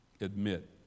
Admit